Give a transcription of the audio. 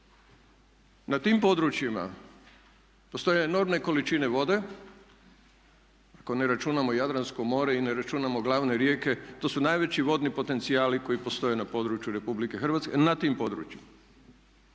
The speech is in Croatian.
Na tim područjima postoje enormne količine vode ako ne računamo Jadransko more i ne računamo glavne rijeke to su najveći vodni potencijali koji postoje na području Republike Hrvatske, na tim područjima.